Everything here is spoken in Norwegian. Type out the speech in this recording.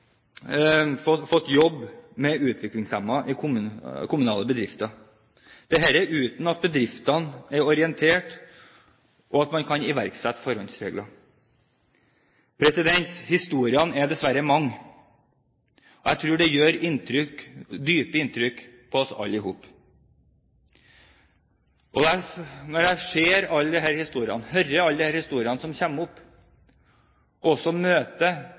fått jobbe med utviklingshemmede i kommunale bedrifter, dette uten at bedriftene er orientert og kan iverksette forholdsregler. Historiene er dessverre mange. Jeg tror de gjør dypt inntrykk på oss alle sammen. Når man hører alle disse historiene som kommer opp, og også møter noen av de menneskene som